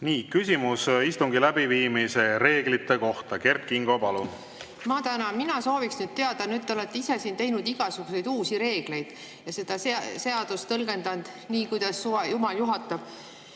küsimus istungi läbiviimise reeglite kohta, Kert Kingo, palun! Ma tänan! Mina sooviks nüüd teada – te olete ise teinud siin igasuguseid uusi reegleid ja seda seadust tõlgendanud nii, kuidas jumal juhatab